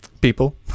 people